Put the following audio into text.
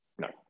No